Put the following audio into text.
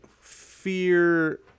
fear